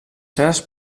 seves